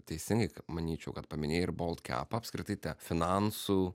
teisingai manyčiau kad paminėjai ir bolkep apskritai tie finansų